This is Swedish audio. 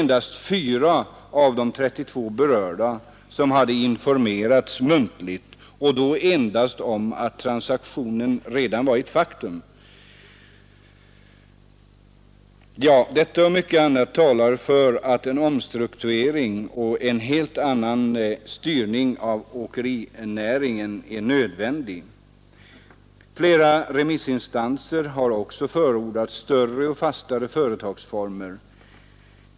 Endast fyra av de 32 berörda hade informerats muntligt och då bara om att transaktionen redan var ett faktum. Detta och mycket annat talar för att en omstrukturering och en helt annan styrning av åkerinäringen är nödvändig. Flera remissinstanser har också förordat större och fastare företagsformer.